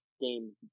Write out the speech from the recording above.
Games